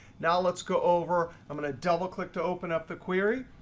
now let's go over, i'm going to double click to open up the query.